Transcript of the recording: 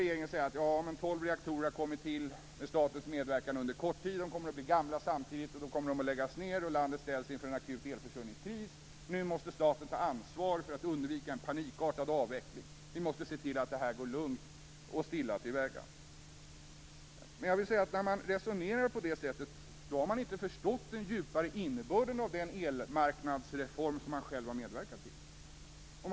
Regeringen brukar säga: Tolv reaktorer har kommit till med statens medverkan under kort tid. De kommer att bli gamla samtidigt, och då kommer de att läggas ned. Då ställs landet inför en akut elförsörjningskris. Nu måste staten ta ansvar för att undvika en panikartad avveckling. Vi måste se till att det här går lugnt och stilla till väga. När man resonerar på det sättet har man inte förstått den djupare innebörden av den elmarknadsreform som man själv har medverkat till.